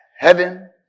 Heaven